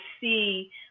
see